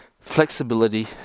flexibility